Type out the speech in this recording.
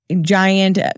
giant